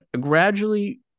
gradually